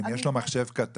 אם יש לו מחשב קטן,